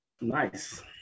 Nice